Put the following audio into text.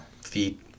Feet